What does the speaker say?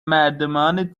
مردمان